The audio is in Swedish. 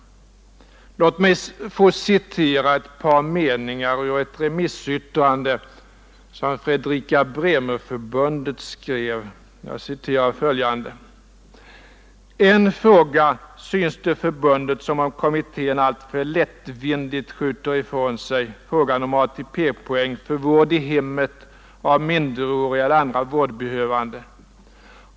Låt mig citera ett par meningar ur ett remissyttrande som Fredrika Bremer-förbundet skrev: ”En fråga synes det förbundet som om kommittenh alltför lättvindigt skjuter ifrån sig: frågan om ATP-poäng för vård i hemmet av minderåriga eller andra vårdbehövande.